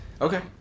Okay